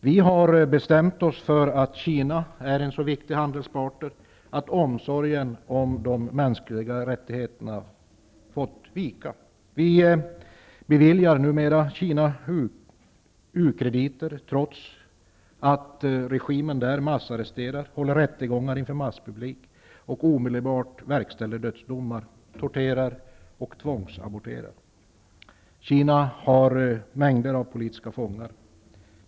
Vi har bestämt oss för att Kina är en så viktig handelspartner att omsorgen om de mänskliga rättigheterna fått vika. Vi beviljar numera Kina ukrediter trots att regimen massarresterar, håller rättegångar inför masspublik och omedelbart verkställer dödsdomar, torterar och tvångsaborterar. I Kina finns mängder av politiska fångar.